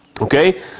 Okay